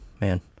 Man